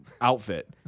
outfit